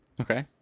Okay